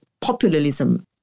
populism